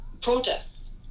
protests